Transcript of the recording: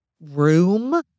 room